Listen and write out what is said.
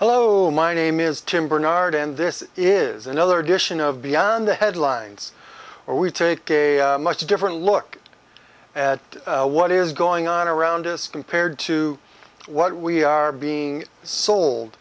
hello my name is tim bernard and this is another edition of beyond the headlines or we take a much different look at what is going on around us compared to what we are being sold